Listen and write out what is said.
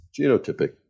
genotypic